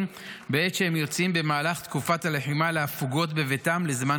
בעת שהם יוצאים במהלך תקופת הלחימה להפוגות בביתם לזמן